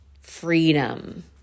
freedom